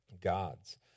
gods